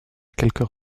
quelques